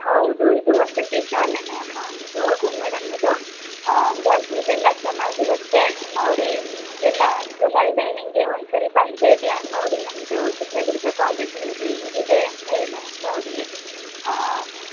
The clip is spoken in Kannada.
ಹೌದು ಇದು ವಸತಿ ಶಾಲೆಯೇ ಅಮ್ಮ ಇದು ಮೇಡಮ್ ಇದು ಹಾಗಾಗಿ ಇಲ್ಲೆಲ್ಲ ಚೆನ್ನಾಗಿರುತ್ತೆ ನೋಡಿ ನಿಮಗೆಲ್ಲ ಅನುಕೂಲ ಇದೆ ಹೀಗೆ ಒಂದ್ಸರಿ ಬಂದು ಭೇಟಿಯಾಗಿ ನೋಡಿ ನಮ್ಮದು ಚಿತ್ರದುರ್ಗ ಕಾಲೇಜ್ ಇದೆ ಹೇಗಿದೆ ಅಂತ ಎಲ್ಲ ನೋಡಿ